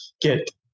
get